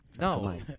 No